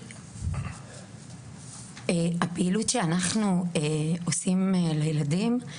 הפעילות שאנחנו עושים לילדים,